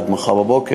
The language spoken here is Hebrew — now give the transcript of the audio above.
עד מחר בבוקר,